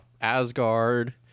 Asgard